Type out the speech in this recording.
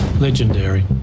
Legendary